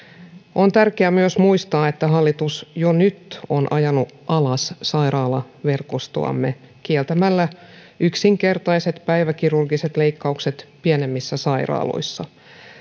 on tärkeää myös muistaa että hallitus jo nyt on ajanut alas sairaalaverkostoamme kieltämällä yksinkertaiset päiväkirurgiset leikkaukset pienemmissä sairaaloissa